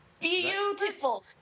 Beautiful